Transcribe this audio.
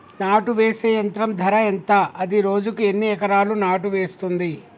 నాటు వేసే యంత్రం ధర ఎంత? అది రోజుకు ఎన్ని ఎకరాలు నాటు వేస్తుంది?